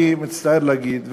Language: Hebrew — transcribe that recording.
אני מצטער להגיד,